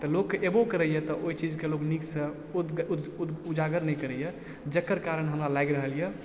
तऽ लोगके एबो करइए तऽ ओइ चीजके लोग नीकसँ उजागर नहि करइय जकर कारण हमरा लागि रहल यऽ